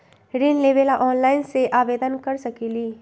ऋण लेवे ला ऑनलाइन से आवेदन कर सकली?